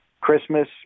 Christmas